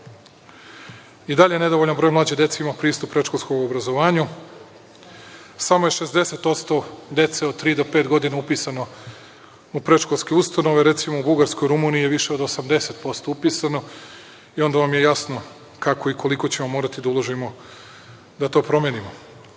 I dalje nedovoljan broj mlađe dece imam pristup predškolskom obrazovanju, samo je 60% dece od tri do pet godina upisano u predškolske ustanove. Recimo u Bugarskoj, u Rumuniji je više od 80% upisano i onda vam je jasno kako i koliko ćemo morati da uložimo da to promenimo. Takođe,